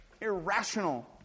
irrational